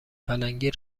پلنگی